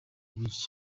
byinshi